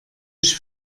ich